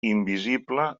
invisible